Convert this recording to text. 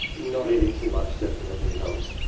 not eating too much definitely helps.